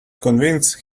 convinced